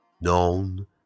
known